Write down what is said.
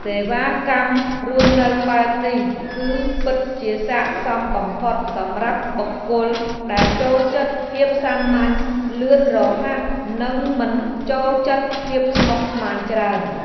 សេវាកម្មរស់នៅបែបនេះគឺពិតជាស័ក្តិសមបំផុតសម្រាប់បុគ្គលដែលចូលចិត្តភាពសាមញ្ញលឿនរហ័សនិងមិនចូលចិត្តភាពស្មុគស្មាញច្រើន។